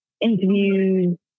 interviews